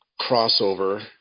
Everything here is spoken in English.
crossover